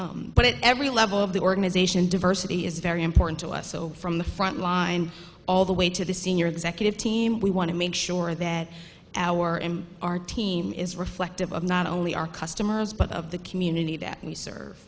adjusting but at every level of the organization diversity is very important to us so from the front line all the way to the senior executive team we want to make sure that our and our team is reflective of not only our customers but of the community that we serve